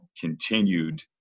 continued